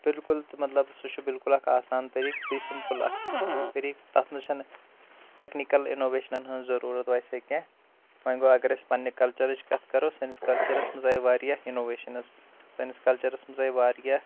بِالکُل تہ مطلَب سُہ چھُ بالکُل اکھ آسان طٔریٖق بیٚیہِ سَمپٕل اَکھ طٔریق تَتھ منٛز چھنہٕ ٹٮ۪کنِکَل اِنوویشنَن ہِنٛز ضوٚرورَت ویسے کیٚنٛہہ وۄنۍ گوٚو اگر أسۍ پَننہِ کَلچَرٕچ کَتھ کَرو سٲنِس کَلچرَس منٛز آے واریاہ اِنوویشَنٕز سٲنِس کَلچَرَس منٛز آے واریاہ